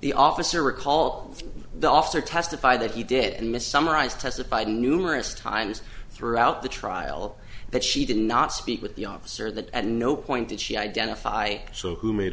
the officer recall the officer testify that he did and miss summarized testified numerous times throughout the trial that she did not speak with the officer that at no point did she identify so who made a